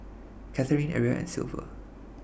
Katharine Aria and Silver